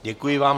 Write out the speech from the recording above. Děkuji vám.